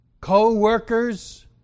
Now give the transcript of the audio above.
co-workers